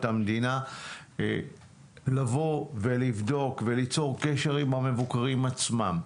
המדינה לבדוק וליצור קשר עם המבוקרים עצמם.